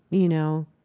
you know,